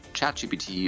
ChatGPT